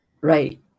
Right